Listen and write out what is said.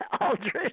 Aldrich